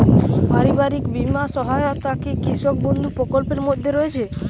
পারিবারিক বীমা সহায়তা কি কৃষক বন্ধু প্রকল্পের মধ্যে রয়েছে?